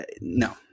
No